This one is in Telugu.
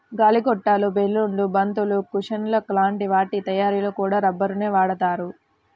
గాలి గొట్టాలు, బెలూన్లు, బంతులు, కుషన్ల లాంటి వాటి తయ్యారీలో కూడా రబ్బరునే వాడతారు